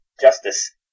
justice